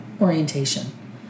orientation